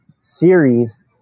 series